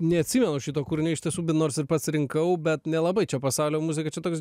neatsimenu aš šito kūrinio iš tiesų nors ir pats rinkau bet nelabai čia pasaulio muzika čia toks